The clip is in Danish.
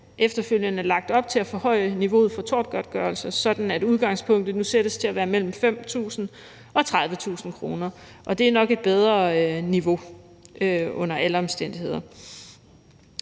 efterfølgende har lagt op til at forhøje niveauet for tortgodtgørelse, sådan at udgangspunktet nu sættes til at være mellem 5.000 og 30.000 kr., og det er nok et bedre niveau under alle omstændigheder.